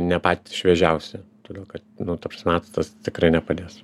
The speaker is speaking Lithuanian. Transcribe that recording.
ne patys šviežiausi todėl kad nu ta prasme actas tikrai nepadės